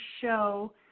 show